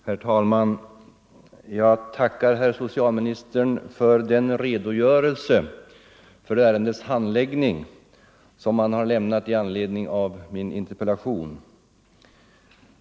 Herr talman! Jag tackar herr socialminister för den redogörelse för ärendets handläggning som han har lämnat i anledning av min interpellation.